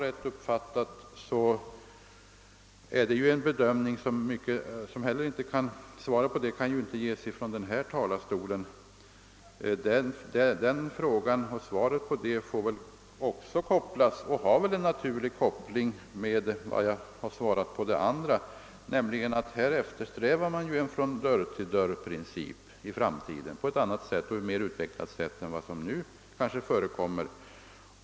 Inte heller på den frågan kan jag ge något svar från denna talarstol, ty också den saken har en naturlig koppling till vad jag nyss har anfört, nämligen att man eftersträvar en mer utvecklad från dörr-till-dörr-princip i framtiden än vad som nu är fallet.